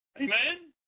Amen